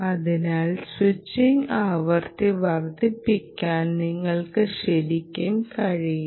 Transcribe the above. അതിനാൽ സ്വിച്ചിംഗ് ആവൃത്തി വർദ്ധിപ്പിക്കാൻ നിങ്ങൾക്ക് ശരിക്കും കഴിയില്ല